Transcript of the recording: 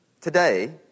Today